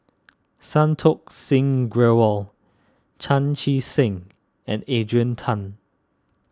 Santokh Singh Grewal Chan Chee Seng and Adrian Tan